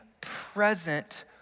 present